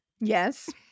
Yes